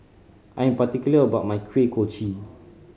I am particular about my Kuih Kochi